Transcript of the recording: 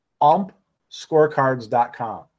umpscorecards.com